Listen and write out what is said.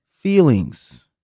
feelings